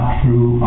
true